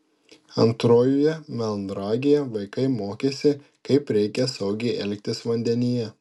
antrojoje melnragėje vaikai mokėsi kaip reikia saugiai elgtis vandenyje